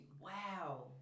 Wow